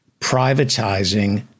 privatizing